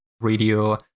radio